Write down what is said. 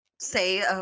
say